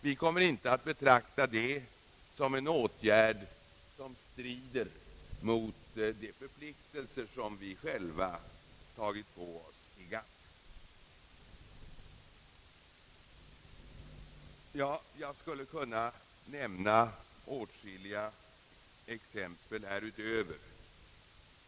Vi kommer inte att betrakta det som en åtgärd som strider mot de förpliktelser som vi själva tagit på oss i GATT. Jag skulle kunna nämna åtskilliga exempel härutöver.